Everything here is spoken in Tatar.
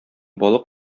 балык